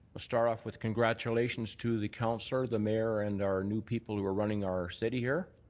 ah start off with congratulations to the councillor, the mayor and our new people who are running our city here.